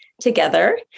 together